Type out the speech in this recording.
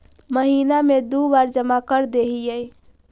महिना मे दु बार जमा करदेहिय?